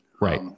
Right